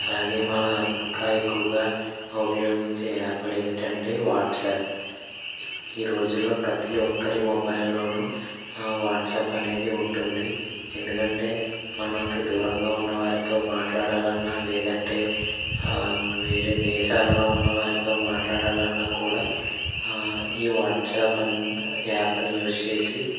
అలాగే మనం ఇంకా ఎక్కువగా ఉపయోగించే యాప్లు ఏమిటంటే వాట్సాప్ ఈ రోజుల్లో ప్రతిఒక్కరి మొబైల్లోను ఆ వాట్సాప్ అనేది ఉంటుంది ఎందుకంటే మనకి దూరంగా ఉన్నవారితో మాట్లాడాలి అన్నా లేదంటే వేరే దేశాలలో ఉన్నవారితో మాట్లాడాలి అన్నా కూడా ఆ ఈ వాట్సాప్ ఆన్ యాప్ని యూస్ చేసి